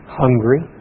hungry